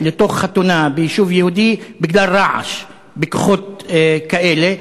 לחתונה ביישוב יהודי בגלל רעש בכוחות כאלה,